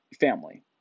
family